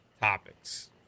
topics